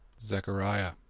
Zechariah